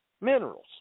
minerals